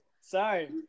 Sorry